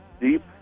deep